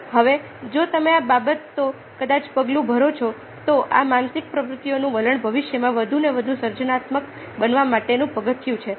હવે જો તમે આ બાબતો કદાચ પગલું ભરો છો તો આ માનસિક પ્રવૃત્તિઓનું વલણ ભવિષ્યમાં વધુ ને વધુ સર્જનાત્મક બનવા માટેનું પગથિયું છે